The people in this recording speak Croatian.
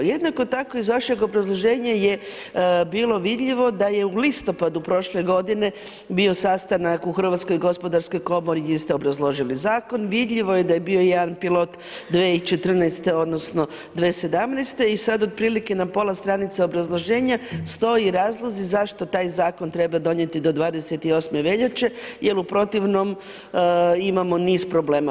Jednako tako iz vašeg obrazloženja je bilo vidljivo da je u listopadu prošle godine bio sastanak u HGK-u gdje ste obrazložili zakon, vidljivo je daje bio jedan pilot 2014. odnosno 2017. i sad otprilike na pola stranice obrazloženja stoji razlozi zašto taj zakon treba donijeti do 28. veljače jer u protivnom imamo niz problema.